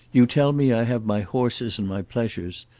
you tell me i have my horses and my pleasures!